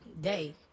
day